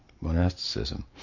monasticism